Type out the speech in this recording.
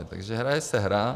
Takže hraje se hra.